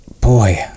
boy